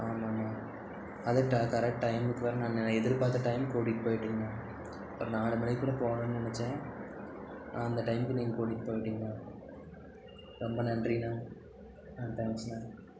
ஆமாங்கணா அதே ட கரேட் டைமுக்கு வருன்னு நான் நெ எதிர்பார்த்த டைமுக்கு கூட்டிகிட்டு போயிட்டிங்கணா ஒரு நாலு மணிக்குள்ளே போனும்னு நினச்சேன் அந்த டைமுக்கு நீங்கள் கூட்டிகிட்டு போயிட்டிங்கணா ரொம்ப நன்றிணா தேங்க்ஸ்ணா